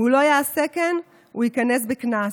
אם לא יעשה כן, הוא ייקנס בקנס.